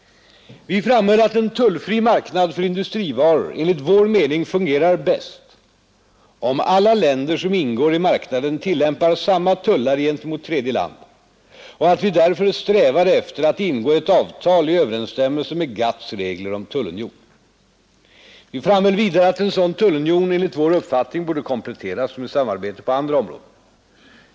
Vi framhöll att en tullfri marknad för industrivaror enligt vår mening fungerar bäst om alla länder som ingår i marknaden tillämpar samma tullar gentemot tredje land och att vi därför strävade efter att ingå ett avtal i överensstämmelse med GATT:s regler om tullunion. Vi framhöll vidare att en sådan tullunion enligt vår uppfattning borde kompletteras med samarbete på andra områden.